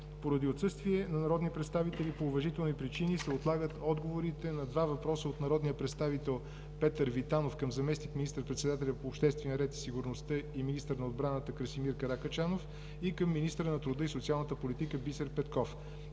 Поради отсъствие на народни представители по уважителни причини, се отлагат отговорите на: - два въпроса от народния представител Петър Витанов към заместник министър-председателя по обществения ред и сигурността и министър на отбраната Красимир Каракачанов; и към министъра на труда и социалната политика Бисер Петков;